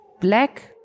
Black